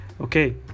Okay